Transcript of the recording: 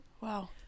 Wow